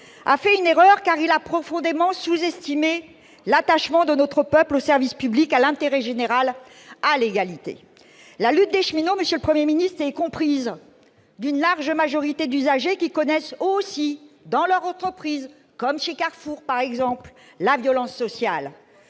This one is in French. a fait une erreur, car il a profondément sous-estimé l'attachement de notre peuple au service public, à l'intérêt général, à l'égalité. La lutte des cheminots, monsieur le Premier ministre, est comprise d'une large majorité d'usagers qui connaissent eux aussi, dans leur entreprise, chez Carrefour par exemple, la violence sociale.